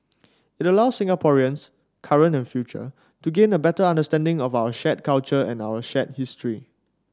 it allows Singaporeans current and future to gain a better understanding of our shared culture and our shared history